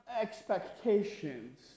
expectations